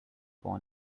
born